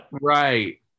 Right